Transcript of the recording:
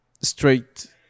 straight